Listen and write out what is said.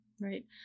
Right